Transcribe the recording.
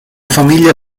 famiglia